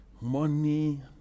money